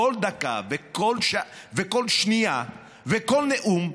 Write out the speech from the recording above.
כל דקה וכל שנייה וכל נאום,